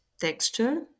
texture